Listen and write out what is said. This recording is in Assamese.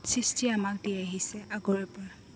সৃষ্টি আমাক দি আহিছে আগৰেপৰা